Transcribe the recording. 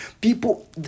People